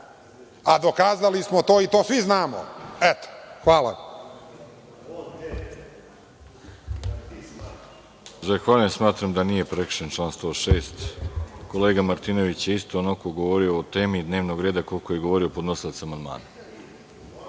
a dokazali smo to i to svi znamo. Eto. Hvala.